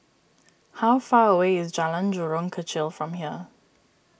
how far away is Jalan Jurong Kechil from here